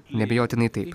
neabejotinai taip